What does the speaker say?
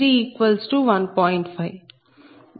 5 G331